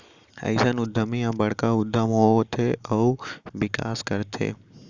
अइसन उद्यमी ह बड़का उद्यम होथे अउ बिकास करथे